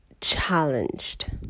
challenged